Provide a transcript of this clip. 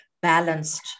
balanced